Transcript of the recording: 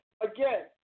again